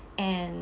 and